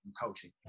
coaching